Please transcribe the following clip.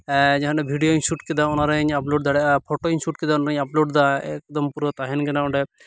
ᱡᱟᱦᱟᱱᱟᱜ ᱵᱷᱤᱰᱭᱳᱧ ᱥᱩᱴ ᱠᱮᱫᱟ ᱚᱱᱟᱨᱤᱧ ᱟᱯᱞᱳᱰ ᱫᱟᱲᱮᱭᱟᱜᱼᱟ ᱯᱷᱚᱴᱳᱧ ᱥᱩᱴ ᱠᱮᱫᱟ ᱚᱱᱟᱨᱤᱧ ᱟᱯᱞᱳᱰ ᱮᱫᱟ ᱮᱠᱫᱚᱢ ᱯᱩᱨᱟᱹ ᱛᱟᱦᱮᱱ ᱠᱟᱱᱟ ᱚᱸᱰᱮ